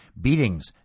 beatings